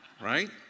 Right